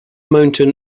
mountain